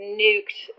nuked